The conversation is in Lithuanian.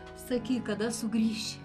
sakyk kada sugrįši